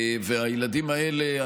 והילדים האלה,